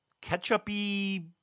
ketchup-y